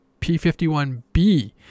P51B